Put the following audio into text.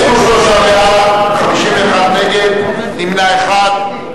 23 בעד, 51 נגד, נמנע אחד.